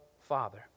Father